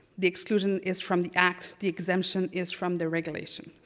the exclusion is from the act, the exemption is from the regulation.